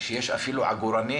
שיש עגורנים